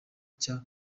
cya